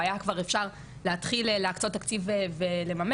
והיה כבר אפשר להתחיל להקצות תקציב ולממש.